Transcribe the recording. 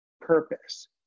purpose